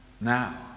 Now